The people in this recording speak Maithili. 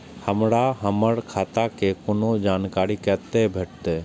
हमरा हमर खाता के कोनो जानकारी कते भेटतै